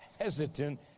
hesitant